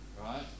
Right